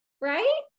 Right